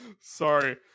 sorry